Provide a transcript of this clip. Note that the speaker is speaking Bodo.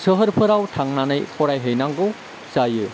सोहोरफोराव थांनानै फरायहैनांगौ जायो